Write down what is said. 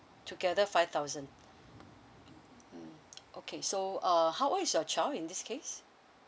together five thousand mmhmm okay so uh how old is your child in this case